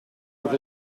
nog